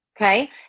Okay